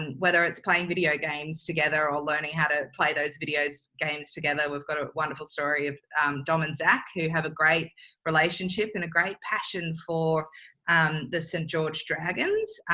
and whether it's playing video games together, or learning how to play those video games together, we've got a wonderful story of dom and zack who have a great relationship and a great passion for um the st. george dragons.